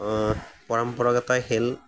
পৰম্পৰাগত খেল